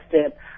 step